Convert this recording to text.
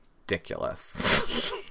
ridiculous